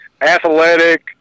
athletic